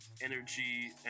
energy